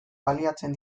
baliatzen